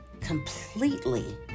completely